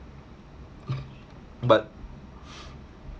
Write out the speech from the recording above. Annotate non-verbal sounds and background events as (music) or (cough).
but (noise)